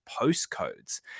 postcodes